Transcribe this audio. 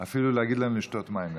אפילו תוכל להגיד להם לשתות מים.